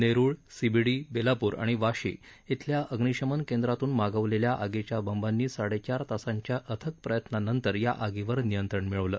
Nerul C B D Belapur आणि वाशी िल्या अग्नीशमन केंद्रातून मागवलेल्या आगीच्या बंबांनी साडे चार तासांच्या अथक प्रयत्नांनंतर या आगीवर नियंत्रण मिळवलं